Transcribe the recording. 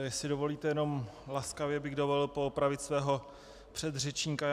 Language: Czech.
Jestli dovolíte, laskavě bych dovolil poopravit svého předřečníka.